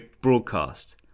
broadcast